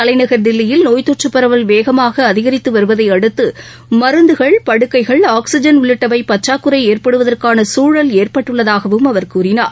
தலைநகர் தில்லியில் நோய் தொற்றப் பரவல் வேகமாக அதிகரித்து வருவதை அடுத்து மருந்துகள் படுக்கைகள் ஆக்ஸிஜன் உள்ளிட்டவை பற்றாக்குறை ஏற்படுவதற்கான சூழல் ஏற்பட்டுள்ளதாகவும் அவர் கூறினார்